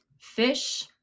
fish